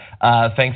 thanks